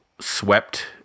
swept